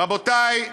רבותי,